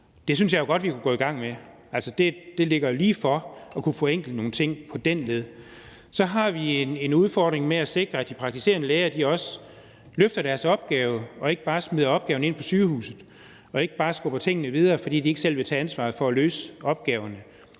Det synes jeg jo godt vi kunne gå i gang med, for det ligger jo lige for at kunne forenkle nogle ting på den led. Så har vi en udfordring med at sikre, at de praktiserende læger også løfter deres opgave og ikke bare smider opgaven ind på sygehuset og ikke bare skubber tingene videre, fordi de ikke selv vil tage ansvaret for at løse opgaverne.